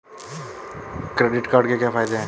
Credit card के क्या फायदे हैं?